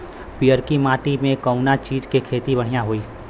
पियरकी माटी मे कउना चीज़ के खेती बढ़ियां होई?